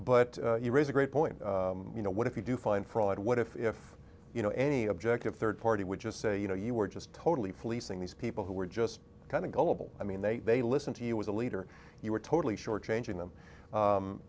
but you raise a great point you know what if you do find fraud what if you know any objective third party would just say you know you were just totally fleecing these people who were just kind of gullible i mean they they listen to you as a leader you were totally shortchanging them